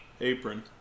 Apron